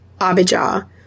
Abijah